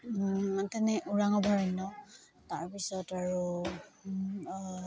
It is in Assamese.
তেনে ওৰাং অভয়াৰণ্য তাৰপিছত আৰু